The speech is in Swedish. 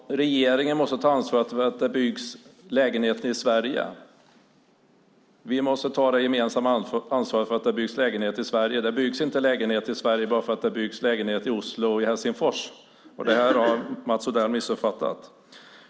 Regeringen måste ta ansvar för att det byggs lägenheter i Sverige. Vi måste ta det gemensamma ansvaret för att det byggs lägenheter i Sverige. Det byggs inte lägenheter i Sverige bara för att det byggs lägenheter i Oslo eller Helsingfors. Detta har Mats Odell missuppfattat.